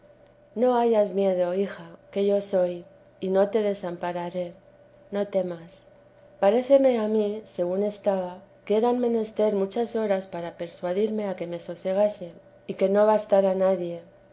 no hayas miedo hija que yo soy y no te desampararé no temas paréceme a mí según estaba que eran menester muchas horas para persuadirme a que me sosegase y que no bastara nadie